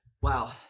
Wow